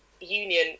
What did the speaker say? Union